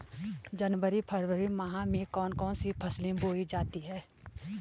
जनवरी फरवरी माह में कौन कौन सी फसलें बोई जाती हैं?